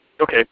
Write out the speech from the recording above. Okay